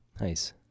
Nice